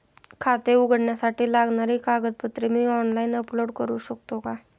खाते उघडण्यासाठी लागणारी कागदपत्रे मी ऑनलाइन अपलोड करू शकतो का?